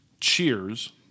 Cheers